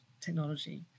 technology